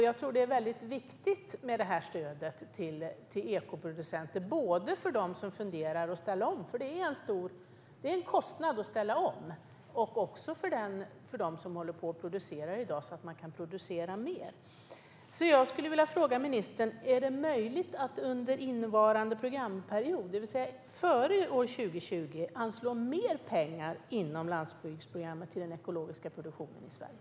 Jag tror att detta stöd till ekoproducenter är mycket viktigt. Det är viktigt både för dem som funderar på att ställa om, eftersom det innebär en kostnad att ställa om, och för dem som är ekoproducenter i dag så att de kan producera mer. Jag skulle därför vilja fråga ministern följande: Är det möjligt att under innevarande programperiod, alltså före år 2020, anslå mer pengar inom landsbygdsprogrammet till den ekologiska produktionen i Sverige?